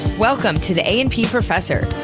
welcome to the a and p professor,